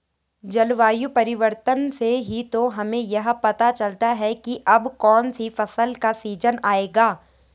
जलवायु परिवर्तन से ही तो हमें यह पता चलता है की अब कौन सी फसल का सीजन आयेगा